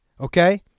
Okay